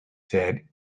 said